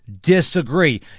disagree